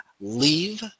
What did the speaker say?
leave